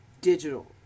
digital